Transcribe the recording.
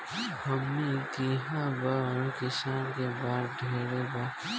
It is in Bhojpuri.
हमनी किहा बड़ किसान के बात ढेर बा